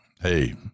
hey